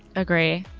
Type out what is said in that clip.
agree.